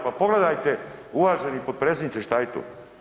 Pa pogledajte uvaženi potpredsjedniče šta je to.